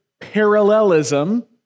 parallelism